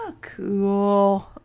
cool